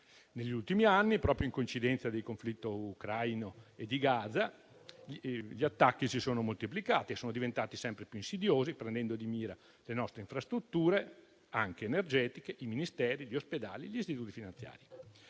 Negli ultimi anni, proprio in coincidenza con il conflitto ucraino e quello a Gaza, gli attacchi si sono moltiplicati e sono diventati sempre più insidiosi, prendendo di mira anche le nostre infrastrutture energetiche, i Ministeri, gli ospedali e gli istituti finanziari.